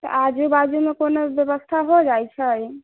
तऽ आजू बाजूमे कोनो व्यवस्था हो जाइत छै